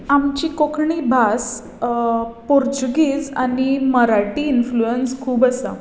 आमची कोंकणी भास पोर्तुगीज आनी मराठी इनफ्लुयंस खूब आसा